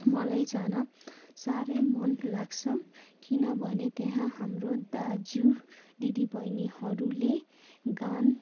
मलाई जान साह्रै मन लाग्छ किनभने त्यहाँ हाम्रो दाजु दिदी बहिनीहरूले गान